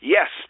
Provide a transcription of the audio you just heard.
Yes